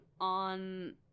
on